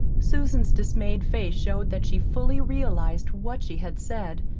susan's dismayed face showed that she fully realized what she had said,